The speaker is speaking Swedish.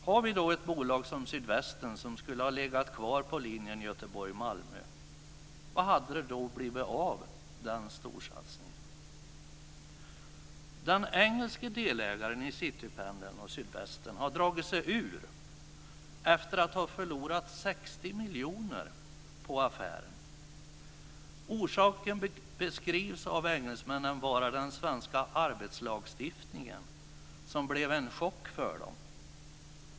Har vi då ett bolag som Sydvästen, som skulle ha legat kvar på linjen Göteborg-Malmö, vad hade det då blivit av den storsatsningen? 60 miljoner på affären. Orsaken beskrivs av engelsmännnen vara den svenska arbetslagstiftningen, som blev en chock för dem.